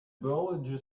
biology